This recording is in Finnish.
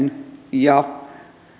ja